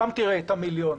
שם תראה את המיליונים.